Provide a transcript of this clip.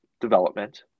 development